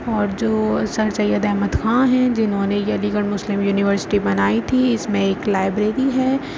اور جو سر سید احمد خاں ہیں جنہوں نے یہ علی گڑھ مسلم یونیورسٹی بنائی تھی اس میں ایک لائبریری ہے